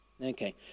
Okay